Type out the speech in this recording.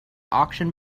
auction